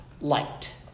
light